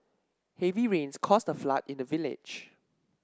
heavy rains caused a flood in the village